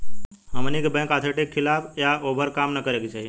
हमनी के bank authority के खिलाफ या ओभर काम न करे के चाही